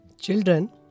Children